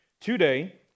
today